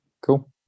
cool